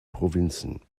provinzen